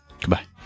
Goodbye